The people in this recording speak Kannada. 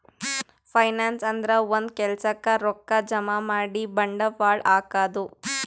ಫೈನಾನ್ಸ್ ಅಂದ್ರ ಒಂದ್ ಕೆಲ್ಸಕ್ಕ್ ರೊಕ್ಕಾ ಜಮಾ ಮಾಡಿ ಬಂಡವಾಳ್ ಹಾಕದು